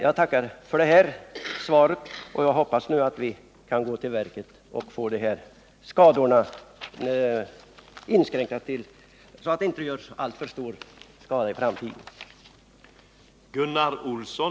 Jag tackar för svaret och hoppas att vi nu kan gå till verket och få skadorna inskränkta i framtiden.